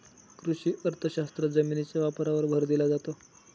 कृषी अर्थशास्त्रात जमिनीच्या वापरावर भर दिला जातो